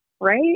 right